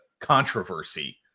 controversy